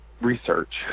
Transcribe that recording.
research